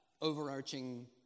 overarching